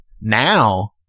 now